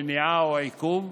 מניעה או עיכוב,